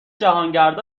جهانگردا